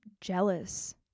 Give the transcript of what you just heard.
jealous